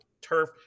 turf